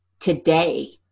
today